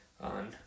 on